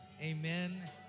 Amen